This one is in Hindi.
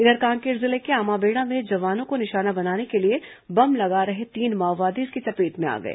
इधर कांकेर जिले के आमाबेड़ा में जवानों को निशाना बनाने के लिए बम लगा रहे तीन माओवादी इसकी चपेट में आ गए